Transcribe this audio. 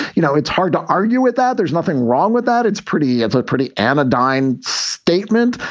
you know, it's hard to argue with that. there's nothing wrong with that. it's pretty it's like pretty anodyne statement.